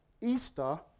Easter